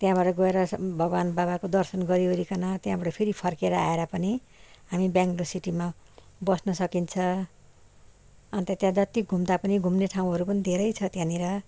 त्यहाबाट गएर भगवान बाबाको दर्शन गरी ओरिकन त्यहाँबाट फेरि फर्केर आएर पनि हामी बेङ्गलोर सिटीमा बस्नु सकिन्छ अन्त त्यहाँ जति घुम्दा पनि घुम्ने ठाउँहरू पनि धेरै छ त्यहाँनिर